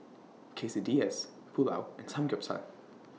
Quesadillas Pulao and Samgeyopsal